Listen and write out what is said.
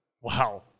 Wow